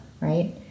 right